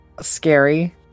scary